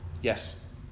Yes